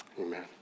amen